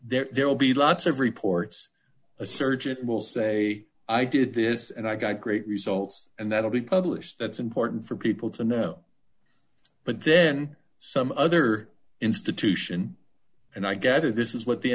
does there will be lots of reports a surgeon will say i did this and i got great results and that will be published that's important for people to know but then some other institution and i gather this is what the